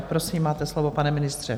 Prosím, máte slovo, pane ministře.